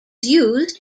used